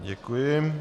Děkuji.